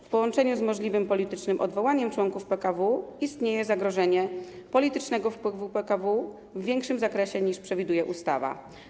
W połączeniu z możliwym politycznym odwołaniem członków PKW istnieje zagrożenie politycznego wpływu PKW w większym zakresie, niż przewiduje ustawa.